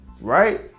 right